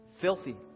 filthy